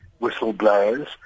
whistleblowers